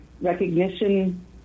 recognition